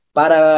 para